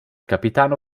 capitano